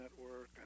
Network